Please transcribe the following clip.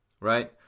right